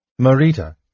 Marita